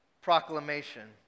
proclamation